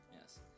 Yes